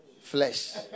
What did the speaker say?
flesh